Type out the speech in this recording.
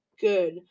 good